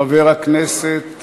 חבר הכנסת